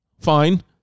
fine